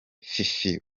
fifi